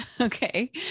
okay